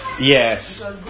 Yes